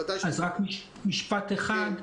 אז רק משפט אחד.